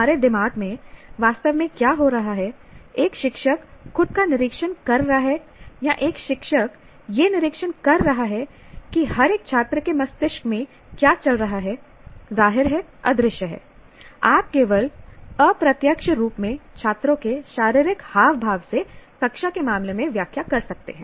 हमारे दिमाग में वास्तव में क्या हो रहा है एक शिक्षक खुद का निरीक्षण कर रहा है या एक शिक्षक यह निरीक्षण कर रहा है कि हर एक छात्र के मस्तिष्क में क्या चल रहा है जाहिर है अदृश्य है आप केवल अप्रत्यक्ष रूप से छात्रों के शारीरिक हाव भाव से कक्षा के मामले में व्याख्या कर सकते हैं